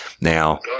Now